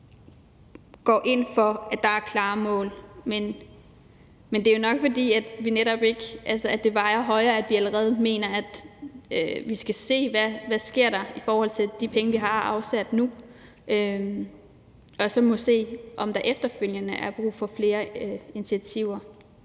går ind for, at der er klare mål, men det er nok, fordi det vejer tungere, at vi allerede mener, at vi skal se, hvad der sker i forhold til de penge, vi har afsat nu. Og så må vi se, om der efterfølgende er brug for flere initiativer.